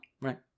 Right